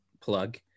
plug